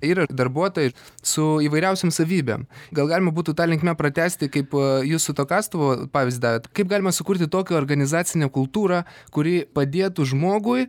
yra darbuotojai su įvairiausiom savybėm gal galima būtų ta linkme pratęsti kaip jūs su to kastuvu pavyzdį davėt kaip galima sukurti tokią organizacinę kultūrą kuri padėtų žmogui